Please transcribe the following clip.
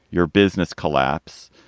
your business collapse,